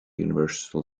universal